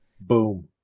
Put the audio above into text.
boom